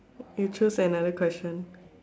you choose another question